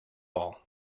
all